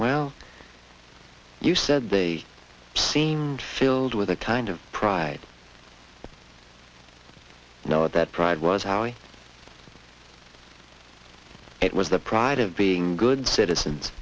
well you said they seemed filled with a kind of pride you know that pride was how it was the pride of being good citizens